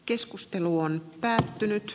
keskustelu on päättynyt